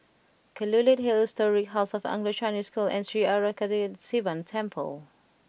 Kelulut Hill Historic House of Anglo Chinese School and Sri Arasakesari Sivan Temple